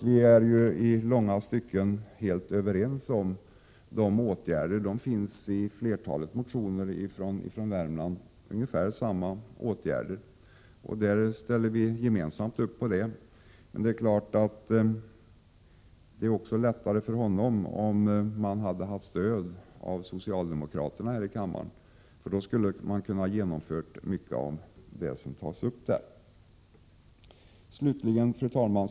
Vi är ju i långa stycken helt överens, och i flertalet motioner från Värmland föreslås ungefär samma åtgärder. Vi ställer gemensamt upp bakom dessa förslag. Det hade också varit lättare för honom om han haft stöd från socialdemokraterna i kammaren. Då skulle man ha kunnat genomföra mycket av det som har föreslagits. Fru talman!